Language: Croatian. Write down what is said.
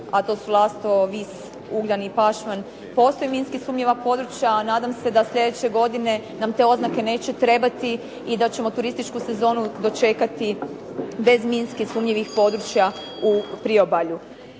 a to su Lastovo, Vis, Ugljan i Pašman, postoje minski sumnjiva područja, a nadam se da sljedeće godine nam te oznake neće trebati i da ćemo turističku sezonu dočekati bez minski sumnjivih područja u priobalju.